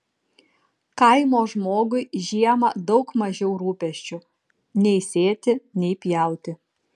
kaimo žmogui žiemą daug mažiau rūpesčių nei sėti nei pjauti